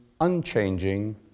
unchanging